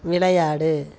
விளையாடு